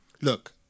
Look